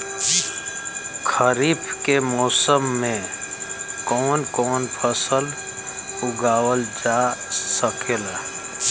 खरीफ के मौसम मे कवन कवन फसल उगावल जा सकेला?